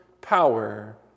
power